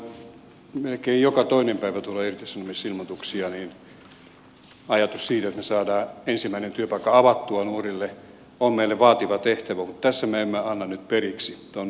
kun melkein joka toinen päivä tulee irtisanomisilmoituksia se että me saamme ensimmäisen työpaikan avattua nuorille on meille vaativa tehtävä mutta tässä me emme anna nyt periksi tämä on niin tärkeä asia